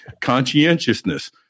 Conscientiousness